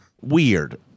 weird